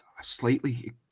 Slightly